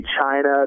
China